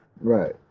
right